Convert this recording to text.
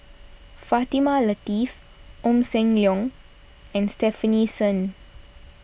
Fatimah Lateef Ong Sam Leong and Stefanie Sun